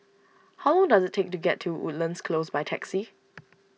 how long does it take to get to Woodlands Close by taxi